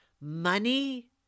money